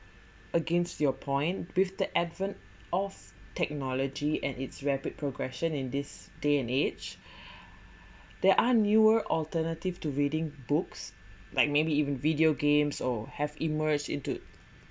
against your point with the advent of technology and its rapid progression in this day and age there are newer alternative to reading books like maybe even video games or have emerged into